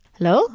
Hello